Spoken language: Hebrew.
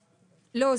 לא,